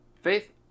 faith